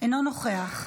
אינו נוכח,